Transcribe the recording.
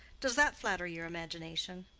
does that flatter your imagination?